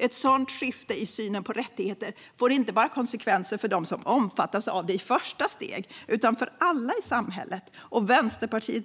Ett sådant skifte i synen på rättigheter får inte bara konsekvenser för dem som omfattas av det i ett första steg, utan det får konsekvenser för alla i samhället. Vänsterpartiet